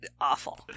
awful